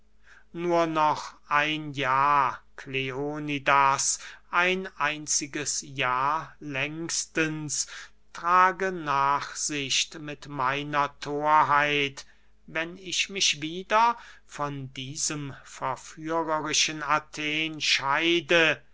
nur noch ein jahr kleonidas ein einziges jahr längstens trage nachsicht mit meiner thorheit wenn ich mich wieder von diesem verführerischen athen scheide